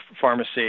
pharmacy